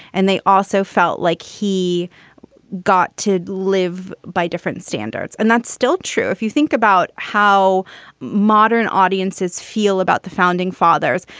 and they also felt like he got to live by different standards. and that's still true if you think about how modern audiences feel about the founding fathers.